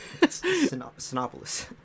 Sinopolis